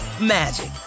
magic